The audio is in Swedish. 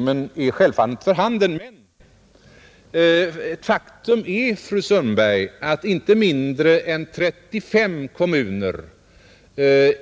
Men ett faktum är, fru Sundberg, att inte mindre än 35 av de kommuner som